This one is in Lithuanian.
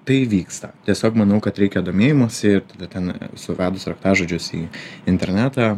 tai vyksta tiesiog manau kad reikia domėjimosi ir tada ten suvedus raktažodžius į internetą